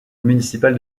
municipal